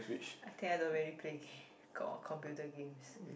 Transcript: I think I don't really play game or computer games